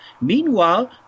Meanwhile